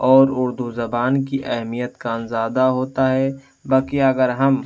اور اردو زبان کی اہمیت کا اندازدہ ہوتا ہے باقی اگر ہم